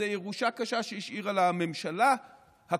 זו ירושה קשה שהשאירה לה הממשלה הקודמת.